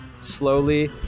slowly